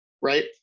right